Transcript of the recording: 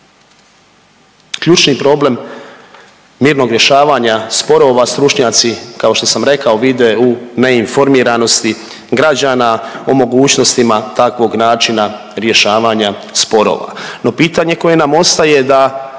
ključni problem mirnog rješavanja sporova stručnjaci, kao što sam rekao, vide u neinformiranosti građana o mogućnostima takvog načina rješavanja sporova. No pitanje koje nam ostaje da